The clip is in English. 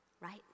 Right